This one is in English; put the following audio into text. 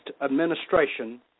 administration